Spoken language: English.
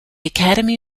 academy